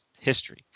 history